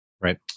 Right